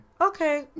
okay